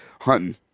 hunting